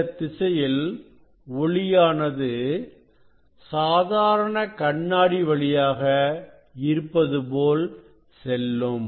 இந்தத் திசையில் ஒளியானது சாதாரண கண்ணாடி வழியாக இருப்பது போல் செல்லும்